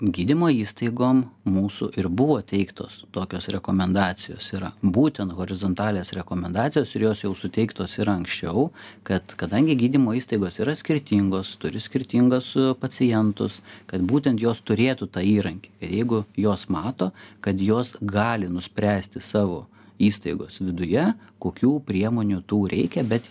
gydymo įstaigom mūsų ir buvo teiktos tokios rekomendacijos yra būtent horizontalias rekomendacijos ir jos jau suteiktos yra anksčiau kad kadangi gydymo įstaigos yra skirtingos turi skirtingas pacientus kad būtent jos turėtų tą įrankį kad jeigu jos mato kad jos gali nuspręsti savo įstaigos viduje kokių priemonių tų reikia bet